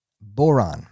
Boron